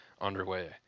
underway